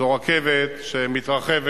זו רכבת שמתרחבת,